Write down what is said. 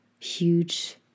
huge